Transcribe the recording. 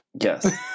Yes